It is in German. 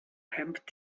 hemmt